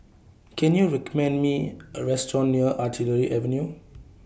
Can YOU recommend Me A Restaurant near Artillery Avenue